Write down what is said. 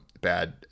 bad